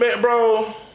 bro